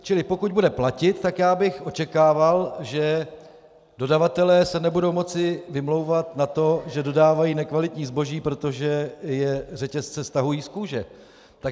Čili pokud bude platit, tak bych očekával, že dodavatelé se nebudou moci vymlouvat na to, že dodávají nekvalitní zboží, protože je řetězce stahují z kůže.